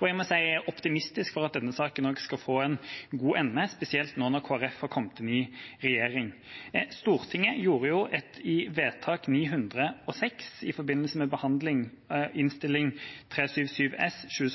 og jeg må si at jeg er optimistisk med hensyn til at denne saken også skal få en god ende, spesielt nå når Kristelig Folkeparti har kommet inn i regjering. Stortinget gjorde et vedtak, 906, i forbindelse med behandling av Innst. 377 S for 2017–2018,